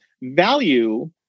value